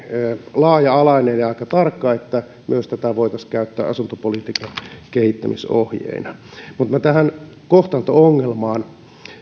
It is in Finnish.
laaja alainen ja aika tarkka että tätä voitaisiin käyttää myös asuntopolitiikan kehittämisohjeina mutta tähän kohtaanto ongelmaan